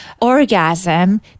orgasm